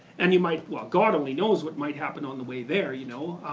and you might well god only knows what might happen on the way there you know.